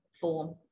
form